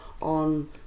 on